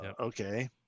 okay